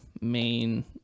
main